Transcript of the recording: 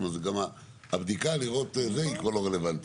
כן, כן.